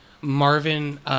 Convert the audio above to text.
Marvin